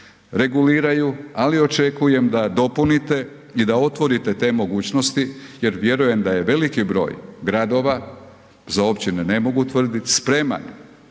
reguliraju, ali očekujem da dopunite i da otvorite te mogućnosti jer vjerujem da je veliki broj gradova, za općine ne mogu tvrditi spreman